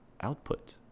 output